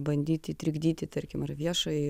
bandyti trikdyti tarkim ar viešąjį